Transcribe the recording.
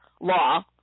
law